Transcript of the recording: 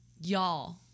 Y'all